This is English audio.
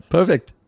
Perfect